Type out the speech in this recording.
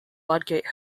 ludgate